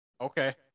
Okay